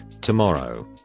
tomorrow